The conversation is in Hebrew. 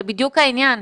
זה בדיוק העניין.